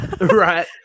right